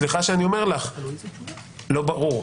סליחה שאני אומר לך: לא ברור.